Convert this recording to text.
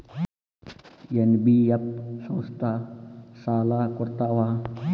NBF ಸಂಸ್ಥಾ ಸಾಲಾ ಕೊಡ್ತಾವಾ?